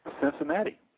Cincinnati